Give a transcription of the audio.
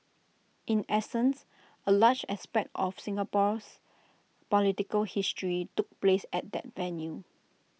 in essence A large aspect of Singapore's political history took place at that venue